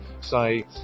say